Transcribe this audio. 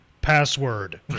password